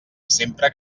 sempre